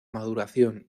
maduración